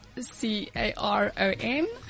C-A-R-O-N